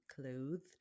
clothed